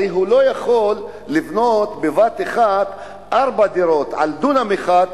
הרי הוא לא יכול לבנות בבת אחת ארבע דירות על דונם אחד,